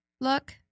look